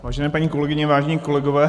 Vážené paní kolegyně, vážení kolegové.